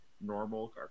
normal